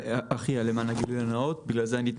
למען הגילוי הנאות, אני אחיה.